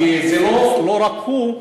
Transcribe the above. כי זה לא רק הוא,